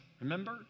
Remember